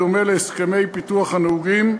בדומה להסכמי פיתוח הנהוגים,